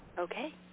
Okay